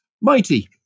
mighty